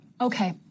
okay